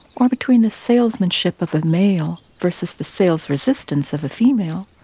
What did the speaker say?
or between the salesmanship of a male versus the sales resistance of a female,